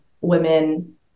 women